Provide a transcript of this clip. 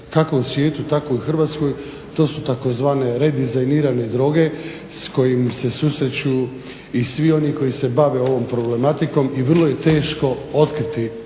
kako u svijetu tako i u Hrvatskoj to su tzv. redizajnirane droge s kojim se susreću i svi oni koji se bave ovom problematikom i vrlo je teško otkriti